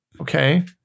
Okay